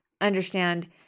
understand